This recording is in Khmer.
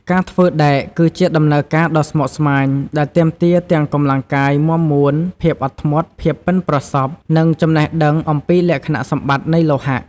ការធ្វើដែកគឺជាដំណើរការដ៏ស្មុគស្មាញដែលទាមទារទាំងកម្លាំងកាយមាំមួន ភាពអត់ធ្មត់ ភាពប៉ិនប្រសប់ និងចំណេះដឹងអំពីលក្ខណៈសម្បត្តិនៃលោហៈ។